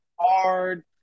hard